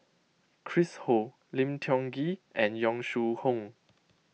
Chris Ho Lim Tiong Ghee and Yong Shu Hoong